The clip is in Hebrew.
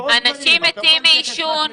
אנשים מתים מעישון.